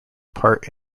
part